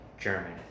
German